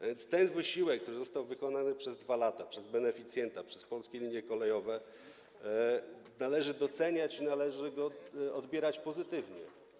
A więc ten wysiłek, który został wykonany przez 2 lata przez beneficjenta, Polskie Linie Kolejowe, należy doceniać, należy go odbierać pozytywnie.